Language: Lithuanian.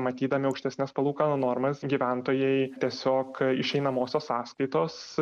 matydami aukštesnes palūkanų normas gyventojai tiesiog iš einamosios sąskaitos